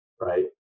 right